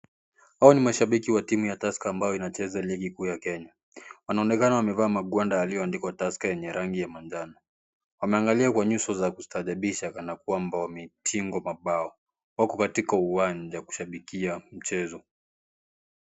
Hao ni mashabiki wa timu ya (cs)Tusker(cs) ambayo inacheza ligi kuu ya Kenya, wanaonekana wamevaa magwanda yaliyoandikwa (cs)Tusker(cs) yenye rangi ya manjano, wameangalia kwa nyuso za kustaajabisha kana kwamba wametingwa mabao, wako katika uwanja kushabikia mchezo.